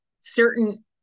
Certain